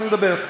אנחנו נדבר.